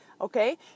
okay